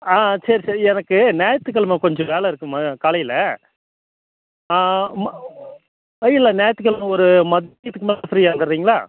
ஆ ஆ சரி சரி எனக்கு ஞாயிற்று கிழம கொஞ்சம் வேலை இருக்குமே காலையில் ஆ இல்லை ஞாயிற்று கிழம ஒரு மத்தியத்துக்கு மேலே ஃபீரியாக வரிங்களா